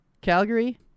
Calgary